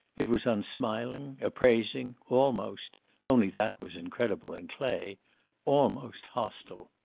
it was unsmiling, appraising, almost only that was incredible in clay almost hostile.